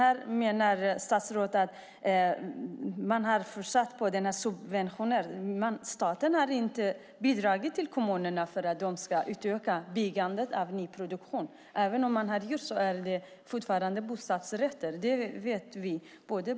Här menar statsrådet att man har försatt subventioner. Staten har inte bidragit till kommunerna för att de ska öka byggandet av nyproduktion. Även om man hade gjort det är det fortfarande fråga om bostadsrätter. Det vet vi.